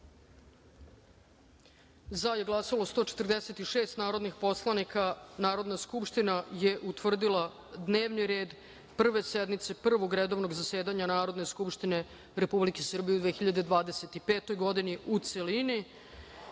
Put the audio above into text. za – 146 narodnih poslanika. Narodna skupština je utvrdila dnevni red Prve sednice Prvog redovnog zasedanja Narodne skupštine Republike Srbije u 2025. godini, u celini. Molim